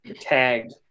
tagged